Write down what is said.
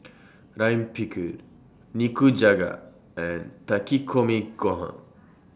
Lime Pickle Nikujaga and Takikomi Gohan